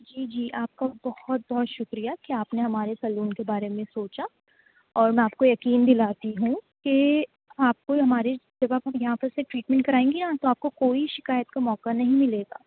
جی جی آپ کا بہت بہت شکریہ کہ آپ نے ہمارے سیلون کے بارے میں سوچا اور میں آپ کو یقین دلاتی ہوں کہ آپ کو ہمارے جب آپ یہاں پر سے ٹریٹمنٹ کرائیں گی نا تو آپ کو کوئی شکایت کا موقع نہیں ملے گا